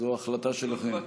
זו החלטה שלכם.